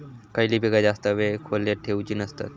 खयली पीका जास्त वेळ खोल्येत ठेवूचे नसतत?